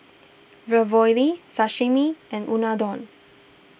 Ravioli Sashimi and Unadon